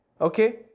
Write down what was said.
Okay